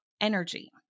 energy